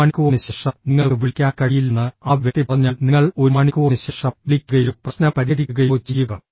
ഒരു മണിക്കൂറിന് ശേഷം നിങ്ങൾക്ക് വിളിക്കാൻ കഴിയില്ലെന്ന് ആ വ്യക്തി പറഞ്ഞാൽ നിങ്ങൾ ഒരു മണിക്കൂറിന് ശേഷം വിളിക്കുകയോ പ്രശ്നം പരിഹരിക്കുകയോ ചെയ്യുക